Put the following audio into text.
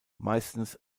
meistens